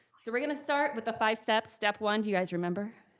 so we're gonna start with the five steps. step one, do you guys remember?